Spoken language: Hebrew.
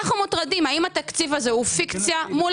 אנחנו שואלים אם התקציב הזה הוא פיקציה מול